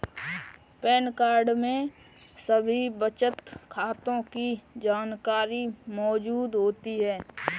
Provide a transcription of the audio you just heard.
pan card में सभी बचत खातों की जानकारी मौजूद होती है